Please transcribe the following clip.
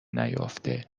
نیافته